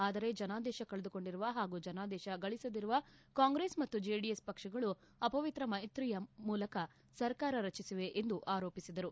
ಆದರೆ ಜನಾದೇಶ ಕಳೆದುಕೊಂಡಿರುವ ಹಾಗೂ ಜನಾದೇಶ ಗಳಿಸದಿರುವ ಕಾಂಗ್ರೆಸ್ ಮತ್ತು ಜೆಡಿಎಸ್ ಪಕ್ಷಗಳು ಅಪವಿತ್ರ ಮೈತ್ರಿಯ ಮೂಲಕ ಸರಕಾರ ರಚಿಸಿವೆ ಎಂದು ಆರೋಪಿಸಿದರು